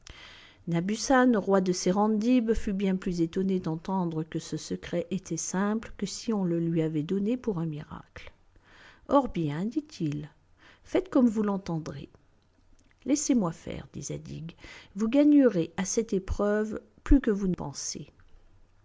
roi de serendib fut bien plus étonné d'entendre que ce secret était simple que si on le lui avait donné pour un miracle or bien dit-il faites comme vous l'entendrez laissez-moi faire dit zadig vous gagnerez à cette épreuve plus que vous ne pensez